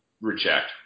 reject